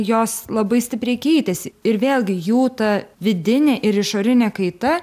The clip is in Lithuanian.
jos labai stipriai keitėsi ir vėlgi jų ta vidinė ir išorinė kaita